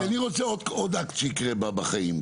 כי אני רוצה עוד אקט שיקרה בחיים.